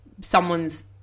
someone's